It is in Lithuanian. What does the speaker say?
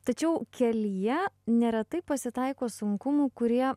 tačiau kelyje neretai pasitaiko sunkumų kurie